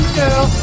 girl